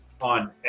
on